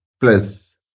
plus